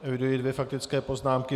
Eviduji dvě faktické poznámky.